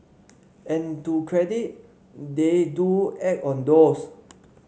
and to credit they do act on those